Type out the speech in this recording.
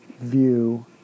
view